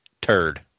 turd